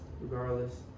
Regardless